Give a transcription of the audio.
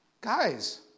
Guys